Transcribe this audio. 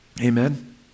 amen